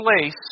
place